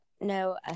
No